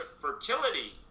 fertility